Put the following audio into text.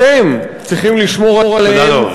אתם צריכים לשמור עליהם,